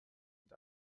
mit